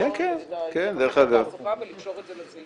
לכלול את סוגיית התעסוקה ולקשור את זה לסעיף.